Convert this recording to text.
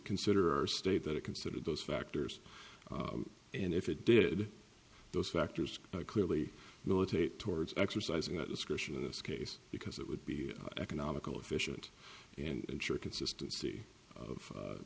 consider our state that it considered those factors and if it did those factors clearly militate towards exercising that discretion in this case because it would be economical efficient and ensure consistency of